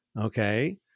okay